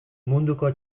munduko